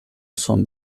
son